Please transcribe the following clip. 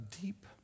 deep